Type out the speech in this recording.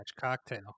cocktail